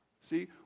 See